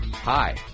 Hi